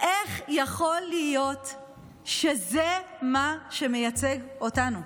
איך יכול להיות שזה מה שמייצג אותנו?